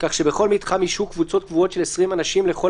כך שבכל מתחם ישהו קבוצות קבועות של 20 אנשים לכל